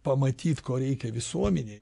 pamatyt ko reikia visuomenei